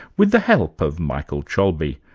with the help of michael cholbi,